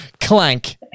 clank